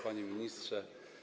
Panie Ministrze!